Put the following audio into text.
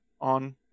on